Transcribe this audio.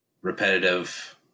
repetitive